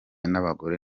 n’abagore